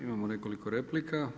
Imamo nekoliko replika.